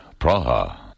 Praha